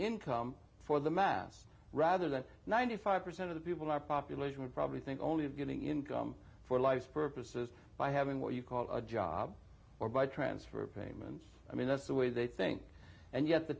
income for the mass rather than ninety five percent of the people our population would probably think only of getting income for life purposes by having what you call a job or by transfer payment i mean that's the way they think and yet the